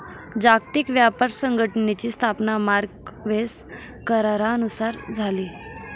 जागतिक व्यापार संघटनेची स्थापना मार्क्वेस करारानुसार झाली